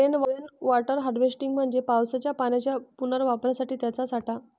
rain water harvesting म्हणजे पावसाच्या पाण्याच्या पुनर्वापरासाठी त्याचा साठा